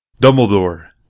Dumbledore